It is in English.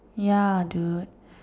ya dude